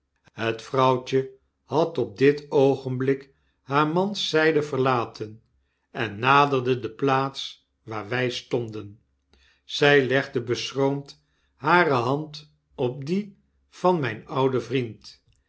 het vrouwtje had op dit oogenblik haar mans zyde verlaten en naderde de plaats waar wy stonden zij legde beschroomd hare hand op die van myn ouden vriend